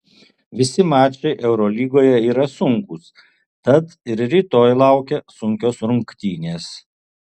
visi mačai eurolygoje yra sunkūs tad ir rytoj laukia sunkios rungtynės